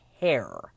hair